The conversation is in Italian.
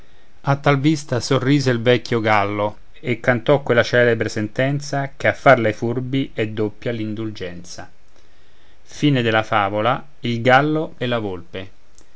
a tal vista sorrise il vecchio gallo e cantò quella celebre sentenza che a farla ai furbi è doppia l'indulgenza